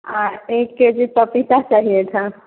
एक K G पपीता चाहिए था